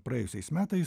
praėjusiais metais